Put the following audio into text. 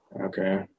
Okay